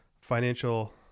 financial